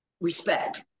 respect